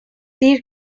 bir